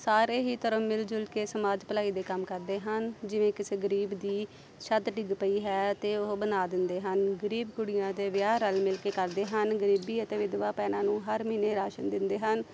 ਸਾਰੇ ਹੀ ਧਰਮ ਮਿਲ ਜੁਲ ਕੇ ਸਮਾਜ ਭਲਾਈ ਦੇ ਕੰਮ ਕਰਦੇ ਹਨ ਜਿਵੇਂ ਕਿਸੇ ਗਰੀਬ ਦੀ ਛੱਤ ਡਿੱਗ ਪਈ ਹੈ ਅਤੇ ਉਹ ਬਣਾ ਦਿੰਦੇ ਹਨ ਗਰੀਬ ਕੁੜੀਆਂ ਦੇ ਵਿਆਹ ਰਲ ਮਿਲ ਕੇ ਕਰਦੇ ਹਨ ਗਰੀਬੀ ਅਤੇ ਵਿਧਵਾ ਭੈਣਾਂ ਨੂੰ ਹਰ ਵੇਲੇ ਰਾਸ਼ਨ ਦਿੰਦੇ ਹਨ